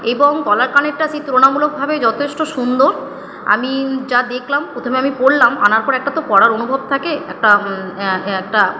এবং গলার কানেরটা সেই তুলনামূলকভাবেই যথেষ্ট সুন্দর আমি যা দেখলাম প্রথমে আমি পরলাম আনার পর একটা তো পরার অনুভব থাকে একটা একটা